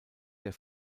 der